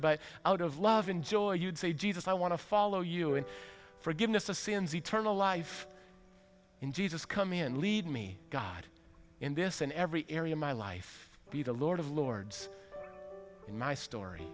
but out of love in joy you'd say jesus i want to follow you in forgiveness of sins eternal life in jesus come in lead me god in this in every area of my life be the lord of lords in my story